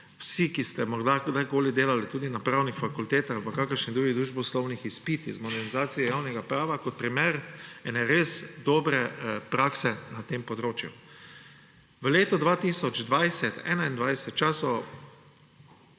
vsi, ki ste morda kdajkoli delali tudi na pravnih fakultetah ali pa kakršen drug družboslovni izpit iz modernizacije javnega prava – kot primer ene res dobre prakse na tem področju. V letu 2020,